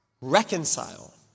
Reconcile